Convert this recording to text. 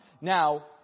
Now